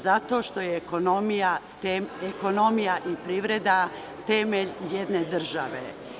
Zato što su ekonomija i privreda temelj jedne države.